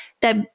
that-